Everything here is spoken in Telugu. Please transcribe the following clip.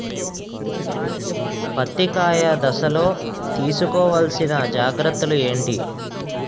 పత్తి కాయ దశ లొ తీసుకోవల్సిన జాగ్రత్తలు ఏంటి?